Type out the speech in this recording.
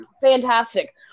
Fantastic